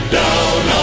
down